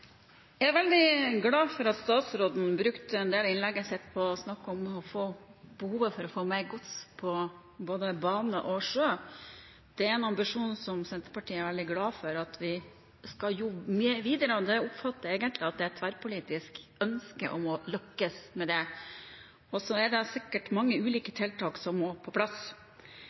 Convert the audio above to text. Jeg er veldig glad for at statsråden brukte en del av innlegget sitt på å snakke om behovet for å få mer gods over på både bane og sjø. Det er en ambisjon som Senterpartiet er veldig glad for at vi skal jobbe videre med, og jeg oppfatter egentlig at det er et tverrpolitisk ønske om å lykkes med det. Så er det sikkert mange ulike tiltak som må på plass.